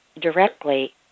directly